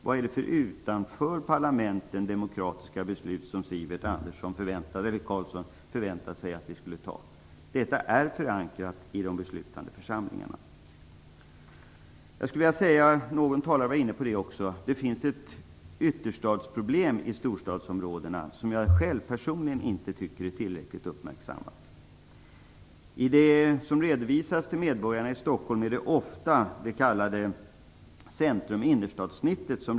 Vad är det för demokratiska beslut som Sivert Carlsson förväntar sig att vi skall fatta utanför parlamenten? Detta förslag är förankrat i de beslutande församlingarna. Någon talare nämnde att det finns ett ytterstadsproblem i storstadsområdena. Personligen tycker jag inte att detta problem har uppmärksammats tillräckligt. Det som redovisas till medborgarna i Stockholm är ofta det s.k. centrum eller innerstadssnittet.